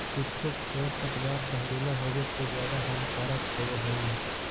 कुछो खेर पतवार जहरीला होवे से ज्यादा हानिकारक होवऽ हई